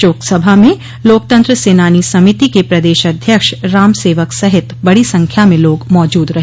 शोकसभा में लोकतंत्र सेनानी समिति के प्रदेश अध्यक्ष राम सेवक सहित बड़ी संख्या में लोग मौजूद रहे